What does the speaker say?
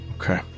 Okay